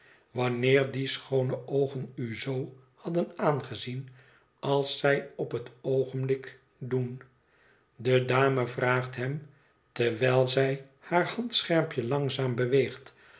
grond dië schoone oogen u zoo hadden aangezien als zij op het oogenblik doen de dame vraagt hem terwijl zij haar handschermpj e langzaam beweegt